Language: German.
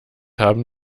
haben